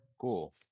Cool